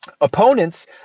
Opponents